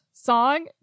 song